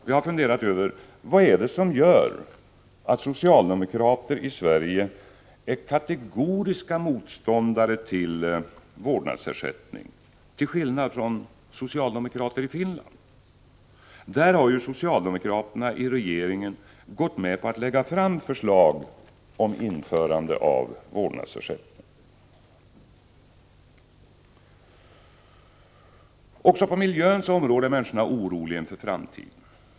Jag har funderat över vad det är som gör att socialdemokrater i Sverige är kategoriska motståndare till vårdnadsersättning till skillnad från socialdemokrater i Finland. Där har ju socialdemokraterna i regeringen gått med på att lägga fram förslag om införande av vårdnadsersättning. Också på miljöns område är människorna oroliga inför framtiden.